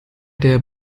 der